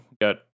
Got